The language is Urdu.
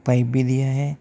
پائپ بھی دیے ہیں